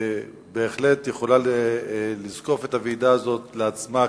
בהחלט יכולה לזקוף את הוועידה הזאת לעצמה.